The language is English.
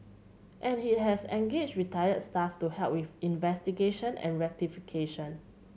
and it has engaged retired staff to help with investigation and rectification